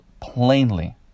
plainly